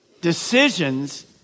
decisions